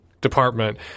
department